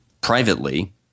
privately